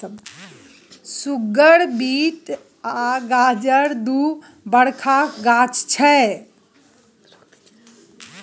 सुगर beet आ गाजर दु बरखा गाछ छै